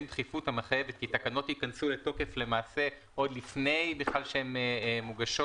דחיפות המחייבת כי תקנות ייכנסו לתוקף עוד לפני שהן מוגשות